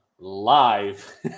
live